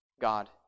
God